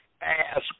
Ask